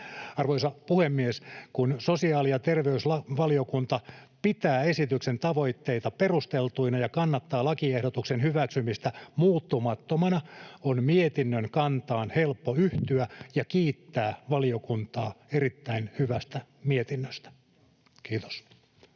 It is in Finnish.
Arvoisa puhemies! Kun sosiaali- ja terveysvaliokunta pitää esityksen tavoitteita perusteltuina ja kannattaa lakiehdotuksen hyväksymistä muuttumattomana, on mietinnön kantaan helppo yhtyä ja kiittää valiokuntaa erittäin hyvästä mietinnöstä. — Kiitos.